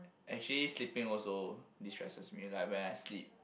actually sleeping also destresses me like when I sleep